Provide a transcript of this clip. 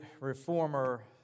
reformer